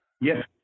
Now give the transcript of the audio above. Yes